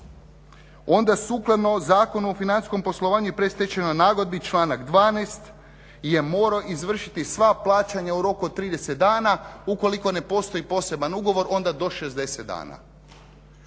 onda sukladno Zakonu o financijskom poslovanju i predstečajnoj nagodbi, članak 12. je moram izvršiti sva plaćanja u roku od 30 dana ukoliko ne postoji poseban ugovor, onda do 60 dana.